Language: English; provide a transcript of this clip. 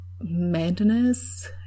madness